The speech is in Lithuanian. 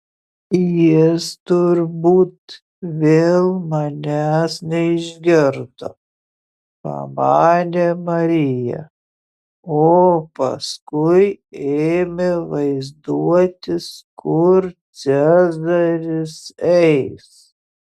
jis turbūt vėl manęs neišgirdo pamanė marija o paskui ėmė vaizduotis kur cezaris eis